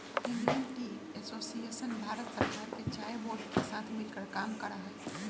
Indian tea association Bharat सरकार के चाय बोर्ड के साथ मिलकर काम करा हई